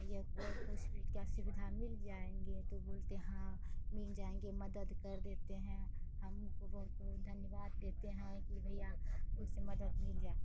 या ओटो की क्या सुविधा मिल जाएँगे तो बोलते हाँ मिल जाएँगे मदद कर देते हैं हम उनको बहुत बहुत धन्यवाद देते हैं कि भैया जिससे मदद मिल जाती है